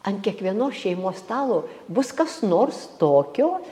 ant kiekvienos šeimos stalo bus kas nors tokio